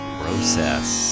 process